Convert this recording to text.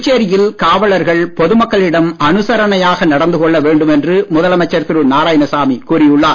புதுச்சேரியில் காவலர்கள் பொது மக்களிடம் அனுசரணையாக நடந்து கொள்ள வேண்டும் என்று முதலமைச்சர் திரு நாராயணசாமி கூறி உள்ளார்